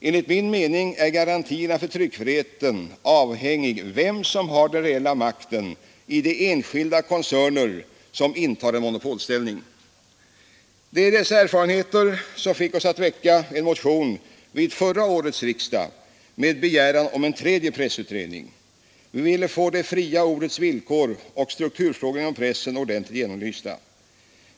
Enligt min mening är garantierna för tryckfriheten avhängiga av vem som har den reella makten i de enskilda koncerner som intar en monopolställning. Det var dessa erfarenheter som fick oss att väcka en motion vid förra årets riksdag med begäran om en tredje pressutredning. Vi ville få det fria ordets villkor och strukturfrågorna inom pressen ordentligt genomlysta.